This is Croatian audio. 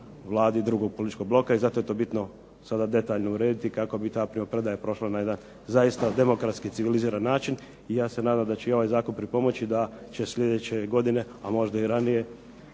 Vladi drugog političkog bloka i zato je to bitno sada detaljno urediti kako bi ta primopredaja prošla na jedan zaista demokratski i civiliziran način i ja se nadam se će ovaj Zakon pripomoći da će sljedeće godine a možda i ranije